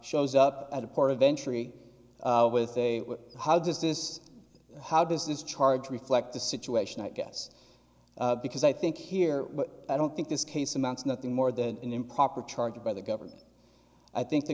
shows up at a port of entry with a how does this how does this charge reflect the situation i guess because i think here i don't think this case amounts to nothing more than an improper charge by the government i think the